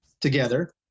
together